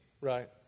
right